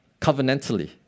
covenantally